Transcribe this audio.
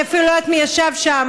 אני אפילו לא יודעת מי ישב שם,